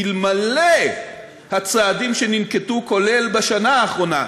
אלמלא הצעדים שננקטו, כולל בשנה האחרונה,